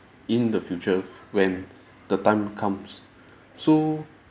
in the future when the time comes so